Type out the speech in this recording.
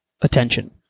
attention